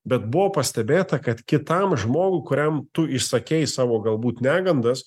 bet buvo pastebėta kad kitam žmogui kuriam tu išsakei savo galbūt negandas